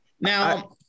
now-